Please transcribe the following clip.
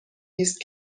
ایست